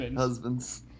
Husbands